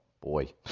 Boy